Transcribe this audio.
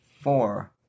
Four